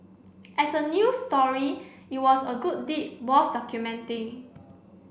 as a news story it was a good deed worth documenting